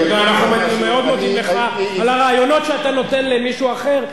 אנחנו מאוד מודים לך על הרעיונות שאתה נותן למישהו אחר.